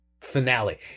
finale